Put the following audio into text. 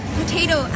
potato